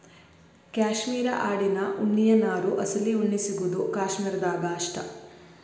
cashmere ಆಡಿನ ಉಣ್ಣಿಯ ನಾರು ಅಸಲಿ ಉಣ್ಣಿ ಸಿಗುದು ಕಾಶ್ಮೇರ ದಾಗ ಅಷ್ಟ